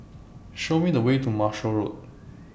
Show Me The Way to Marshall Road